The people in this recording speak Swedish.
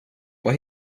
vad